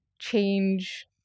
change